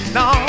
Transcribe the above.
no